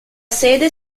sede